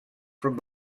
from